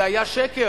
זה היה שקר.